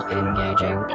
engaging